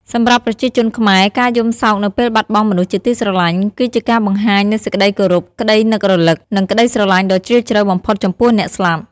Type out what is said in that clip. សម្រាប់ប្រជាជនខ្មែរ ការយំសោកនៅពេលបាត់បង់មនុស្សជាទីស្រឡាញ់ គឺជាការបង្ហាញនូវសេចក្តីគោរព ក្តីនឹករលឹក និងក្តីស្រឡាញ់ដ៏ជ្រាលជ្រៅបំផុតចំពោះអ្នកស្លាប់។